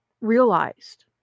realized